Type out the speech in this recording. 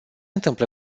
întâmplă